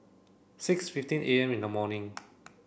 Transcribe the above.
six fifteen am in the morning